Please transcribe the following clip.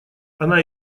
она